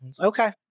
Okay